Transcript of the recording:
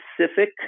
specific